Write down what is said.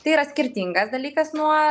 tai yra skirtingas dalykas nuo